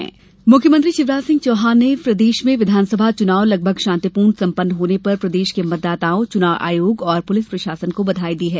मतदान आमार मुख्यमंत्री शिवराज सिंह चौहान ने प्रदेश में विधानसभा चुनाव लगभग शांतिपूर्ण संपन्न होने पर प्रदेश के मतदाताओं चुनाव आयोग और पुलिस प्रशासन को बधाई दी है